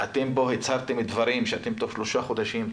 אתם פה הצגתם דברים שאתם תוך שלושה חודשים,